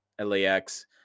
LAX